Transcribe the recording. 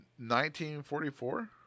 1944